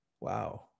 wow